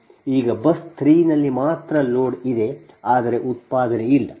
ಈಗ ಬಸ್ 3 ನಲ್ಲಿ ಮಾತ್ರ ಲೋಡ್ ಇದೆ ಆದರೆ ಉತ್ಪಾದನೆಯಿಲ್ಲ